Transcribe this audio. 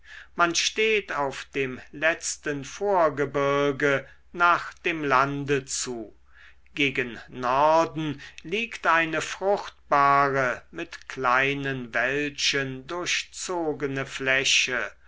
man steht auf dem letzten vorgebirge nach dem lande zu gegen norden liegt eine fruchtbare mit kleinen wäldchen durchzogene fläche